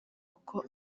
kuko